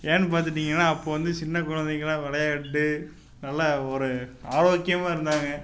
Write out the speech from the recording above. ஏன்னு பார்த்துட்டீங்கன்னா அப்போது வந்து சின்ன குழந்தைங்களா விளையாண்டு நல்லா ஒரு ஆரோக்கியமாக இருந்தாங்க